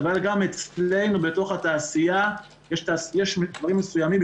אבל גם אצלנו בתוך התעשייה יש דברים מסוימים,